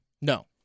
No